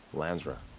lansra.